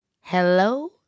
Hello